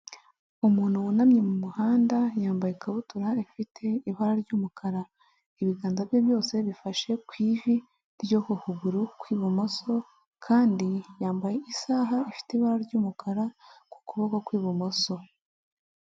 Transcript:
Umuntu wunamye mu muhanda yambaye ikabutura ifite ibara ry'umukara, ibiganza bye byose bifashe ku ivi ryo kukuguru kw'ibumoso kandi yambaye isaha ifite ibara ry'umukara ku kuboko kw'ibumoso.